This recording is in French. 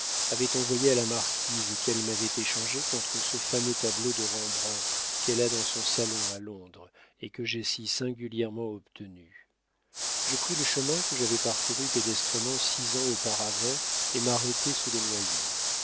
avait envoyé à la marquise et qu'elle m'avait échangé contre ce fameux tableau de rembrandt qu'elle a dans son salon à londres et que j'ai si singulièrement obtenu je pris le chemin que j'avais parcouru pédestrement six ans auparavant et m'arrêtai sous le noyer